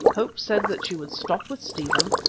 hope said that she would stop with stephen,